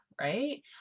right